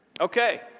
Okay